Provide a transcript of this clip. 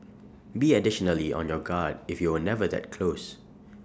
be additionally on your guard if you were never that close